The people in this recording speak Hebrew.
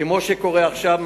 כמו שקורה עכשיו.